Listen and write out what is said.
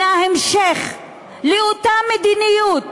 היא המשך של אותה מדיניות